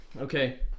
Okay